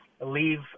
leave